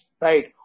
Right